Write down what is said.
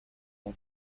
کنه